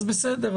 אז בסדר,